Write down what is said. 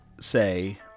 say